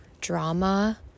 drama